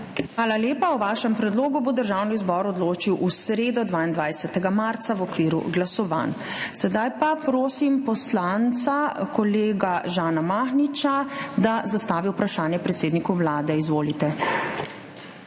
Hvala lepa. O vašem predlogu bo Državni zbor odločil v sredo, 22. marca, v okviru glasovanj. Sedaj pa prosim poslanca kolega Žana Mahniča, da zastavi vprašanje predsedniku Vlade. Izvolite.